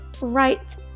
right